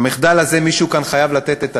במחדל הזה מישהו כאן חייב לתת את הדין,